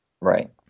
Right